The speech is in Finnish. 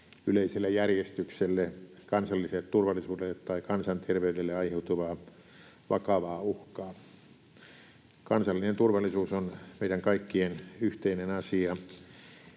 yleiselle järjestykselle, kansalliselle turvallisuudelle tai kansanterveydelle aiheutuvaa vakavaa uhkaa. Kansallinen turvallisuus on meidän kaikkien yhteinen asia.